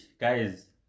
Guys